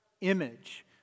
image